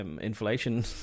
inflation